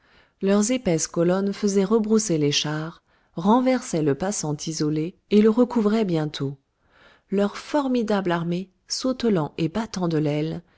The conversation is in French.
leurs épaisses colonnes faisaient rebrousser les chars renversaient le passant isolé et le recouvraient bientôt leur formidable armée sautelant et battant de l'aile